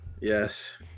Yes